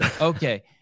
okay